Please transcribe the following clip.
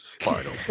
final